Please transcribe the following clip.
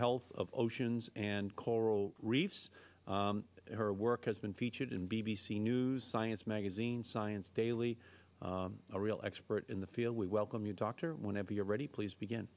health of oceans and coral reefs her work has been featured in b b c news science magazine science daily a real expert in the field we welcome you doctor whenever you're ready please begin